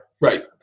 Right